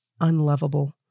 unlovable